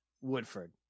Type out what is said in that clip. Woodford